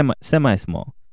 semi-small